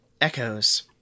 echoes